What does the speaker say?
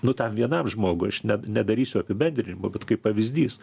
nu tam vienam žmogui aš ne nedarysiu apibendrinimo bet kaip pavyzdys